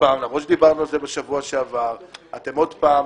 למרות שדיברנו על זה בשבוע שעבר, אתם עוד פעם